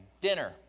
dinner